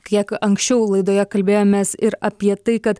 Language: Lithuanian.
kiek anksčiau laidoje kalbėjomės ir apie tai kad